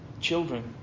Children